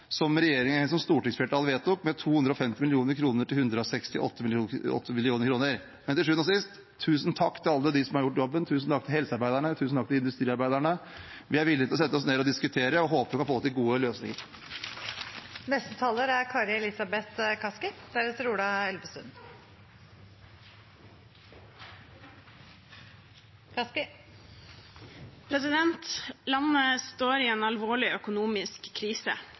som stortingsflertallet vedtok, 250 mill. kr, til 168 mill. kr. Men til sjuende og sist: Tusen takk til alle de som har gjort jobben, tusen takk til helsearbeiderne, tusen takk til industriarbeiderne! Vi er villige til å sette oss ned og diskutere, og håper å få til gode løsninger. Landet står i en alvorlig økonomisk krise, det bekrefter også revidert budsjett og finansministeren, og vi står på mange måter fortsatt i